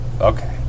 Okay